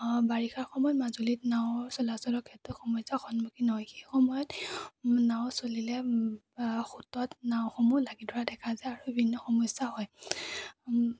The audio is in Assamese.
বাৰিষা সময়ত মাজুলীত নাও চলাচলৰ ক্ষেত্ৰত সমস্যাৰ সন্মুখীন হয় সেই সময়ত নাও চলিলে সোঁতত নাওসমূহ লাগি ধৰা দেখা যায় আৰু বিভিন্ন সমস্যা হয়